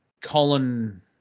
Colin